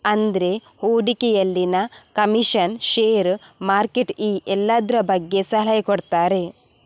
ಅಂದ್ರೆ ಹೂಡಿಕೆಯಲ್ಲಿನ commission, share, market ಈ ಎಲ್ಲದ್ರ ಬಗ್ಗೆ ಸಲಹೆ ಕೊಡ್ತಾರೆ